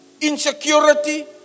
Insecurity